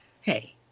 Hey